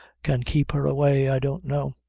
can keep her away, i don't know.